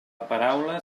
paraula